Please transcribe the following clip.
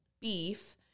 beef